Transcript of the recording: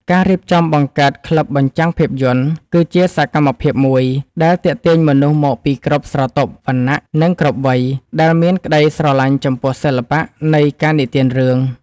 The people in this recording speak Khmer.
ការរៀបចំបង្កើតក្លឹបបញ្ចាំងភាពយន្ត គឺជាសកម្មភាពមួយដែលទាក់ទាញមនុស្សមកពីគ្រប់ស្រទាប់វណ្ណៈ និងគ្រប់វ័យ ដែលមានក្តីស្រឡាញ់ចំពោះសិល្បៈនៃការនិទានរឿង។